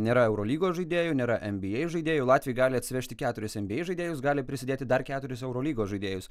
nėra eurolygos žaidėjų nėra nba žaidėjų latviai gali atsivežti keturis nba žaidėjus gali prisidėti dar keturis eurolygos žaidėjus